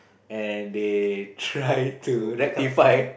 and they try to rectify